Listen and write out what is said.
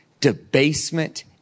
debasement